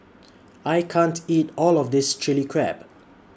I can't eat All of This Chili Crab